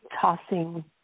tossing